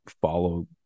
follow